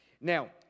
Now